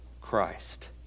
Christ